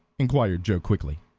inquired joe quickly.